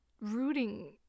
rooting